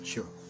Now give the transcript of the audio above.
Sure